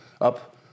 up